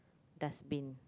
dustbin